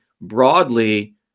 broadly